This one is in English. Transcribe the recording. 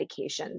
medications